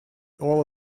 all